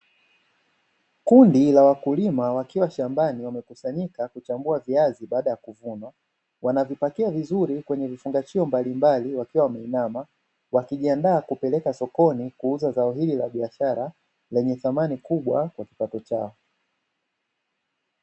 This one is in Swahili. Kundi la wakulima wakiwa shambani wamekusanyika kuchambua viazi baada ya kuvuna, wanavipakia vizuri kwenye vifungashio mbalimbali wakiwa wameinama wakijiandaa kupeleka sokoni kuuza zao hili la biashara lenye thamani kubwa kwa kipato chao.